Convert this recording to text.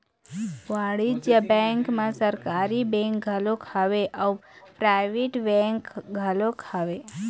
वाणिज्य बेंक म सरकारी बेंक घलोक हवय अउ पराइवेट बेंक घलोक हवय